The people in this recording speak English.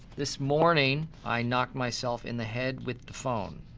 this morning, i knocked myself in the head with the phone.